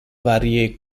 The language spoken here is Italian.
varie